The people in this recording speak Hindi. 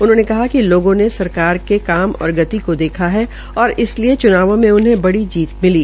उन्होंने कहा कि लोगों ने सरकार के काम और गति को देखा है और इसलिए च्नावों में उन्हें बड़ी जीत मिली